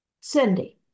Cindy